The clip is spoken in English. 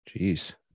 Jeez